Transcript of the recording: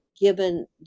given